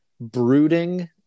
brooding